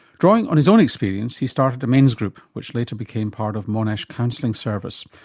drawing on his own experience, he started a men's group, which later became part of monash counselling service.